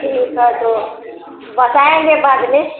ठीक है तो बताएँगे बाद में